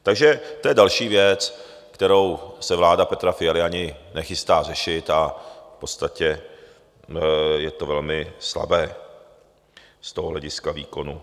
Takže to je další věc, kterou se vláda Petra Fialy ani nechystá řešit, a v podstatě je to velmi slabé z toho hlediska výkonu.